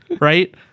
Right